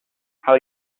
how